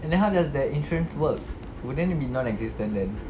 and then how does the insurance work wouldn't it be nonexistent then